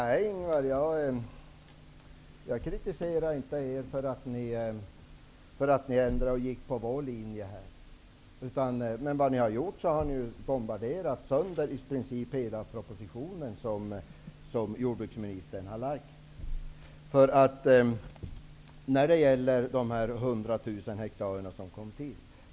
Fru talman! Jag kritiserar inte er för att ni ändrade er och anslöt er till vår linje i detta sammanhang. Vad ni har gjort är att ni i princip har bombarderat sönder hela propositionen som jordbruksministern har lagt fram när det gäller dessa 100 000 hektar som kom till.